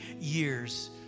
years